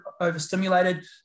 overstimulated